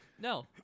No